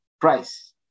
price